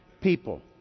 people